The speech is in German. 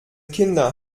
kindern